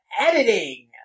Editing